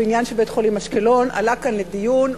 הבניין של בית-חולים אשקלון עלה כאן לדיון,